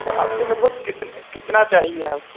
तो आपको लगभग कित कितना चाहिए आपको